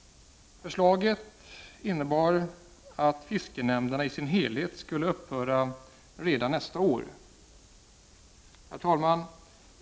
Förslaget innebär att fiskenämnderna i sin helhet skulle upphöra redan nästa år. Herr talman!